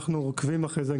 בכל מקרה אנחנו עוקבים אחרי זה.